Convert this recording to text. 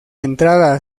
entrada